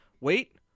wait